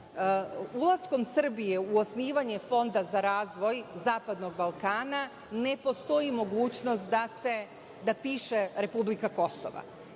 ulaskom Srbije u osnivanje Fonda za razvoj zapadnog Balkana, ne postoji mogućnost da piše republika Kosovo.